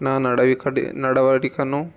నా నడవకడి నడవడికను